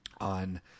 on